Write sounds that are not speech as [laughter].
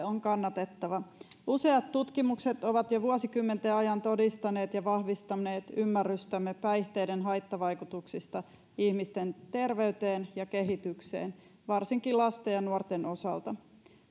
[unintelligible] on kannatettava useat tutkimukset ovat jo vuosikymmenten ajan todistaneet ja vahvistaneet ymmärrystämme päihteiden haittavaikutuksista ihmisten terveyteen ja kehitykseen varsinkin lasten ja nuorten osalta